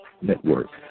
Network